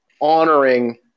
honoring